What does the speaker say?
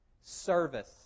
service